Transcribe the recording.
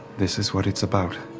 this is what it's about?